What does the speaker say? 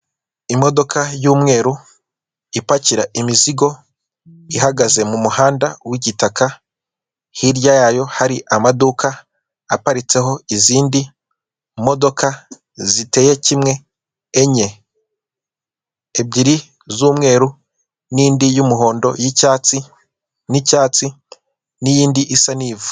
Imodoka y'umweru, ipakira imizigo, ihagaze mu muhanda w'igitaka, hirya yayo hari amaduka aparitseho izindi modoka ziteye kimwe enye, ebyiri z'umweru n'indi y'umuhondo y'icyatsi n'icyatsi, n'iyindi isa n'ivu.